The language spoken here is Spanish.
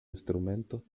instrumentos